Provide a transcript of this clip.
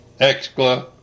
Excla